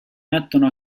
mettono